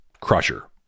Crusher